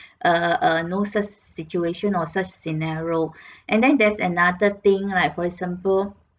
err err you know such situation or such scenario and then there's another thing like for example